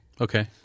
Okay